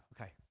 okay